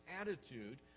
attitude